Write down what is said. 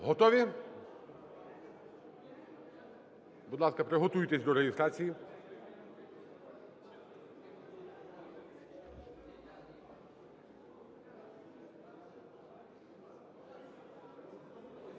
Готові? Будь ласка, приготуйтесь до реєстрації.